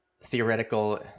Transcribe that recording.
theoretical